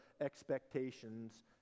expectations